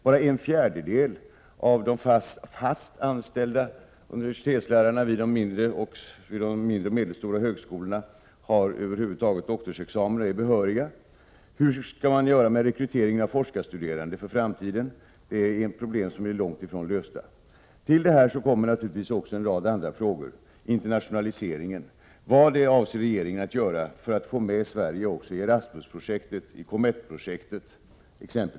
Bara en fjärdedel av de fast anställda universitetslärarna vid de mindre och medelstora högskolorna har över huvud taget doktorsexamen och är behöriga. Hur skall man med tanke på framtiden göra med rekryteringen av forskarstuderande? Detta är problem som är långt ifrån lösta. Till detta kommer naturligtvis också en rad andra frågor. Internationaliseringen — vad avser regeringen att göra för att få med Sverige i exempelvis Erasmus-projektet och i Comett-projektet?